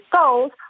goals